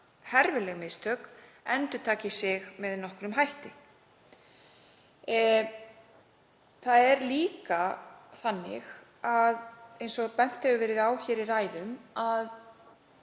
herfileg mistök, endurtaki sig með nokkrum hætti. En það er líka þannig, eins og bent hefur verið á hér í ræðum, að